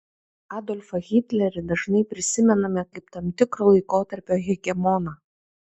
adolfą hitlerį dažnai prisimename kaip tam tikro laikotarpio hegemoną